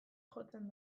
jotzen